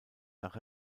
nach